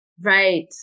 Right